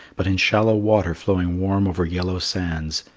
but in shallow water flowing warm over yellow sands,